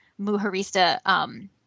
muharista